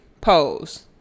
Pose